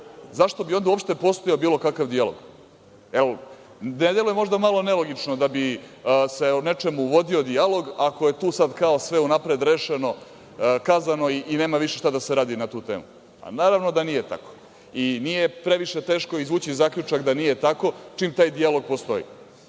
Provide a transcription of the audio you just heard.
zašto bi uopšte postojao bilo kakav dijalog. Ne deluje možda nelogično da bi se o nečemu vodio dijalog, ako je tu sad sve unapred rešeno, kazano i nema više šta da se radi na tu temu. Naravno da nije tako i nije previše teško izvući i zaključak da nije tako, čim taj dijalog postoji.